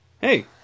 Hey